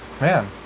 man